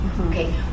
Okay